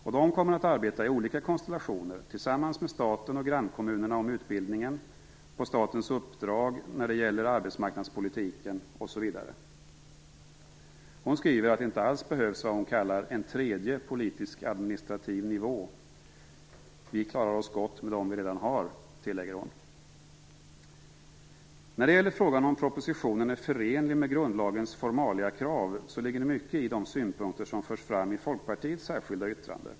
Och de kommer att arbeta i olika konstellationer, tillsammans med staten och grannkommunerna om utbildningen, på statens uppdrag när det gäller arbetsmarknadspolitiken osv. Hon skriver att det inte alls behövs vad hon kallar "en tredje politisk/administrativ nivå". "Vi klarar oss gott med dem vi redan har", tillägger hon. När det gäller frågan om propositionen är förenlig med grundlagens formaliakrav ligger det mycket i de synpunkter som förs fram i Folkpartiets särskilda yttrande.